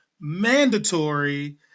mandatory